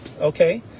Okay